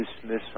dismiss